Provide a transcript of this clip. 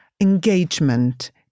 engagement